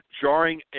jarring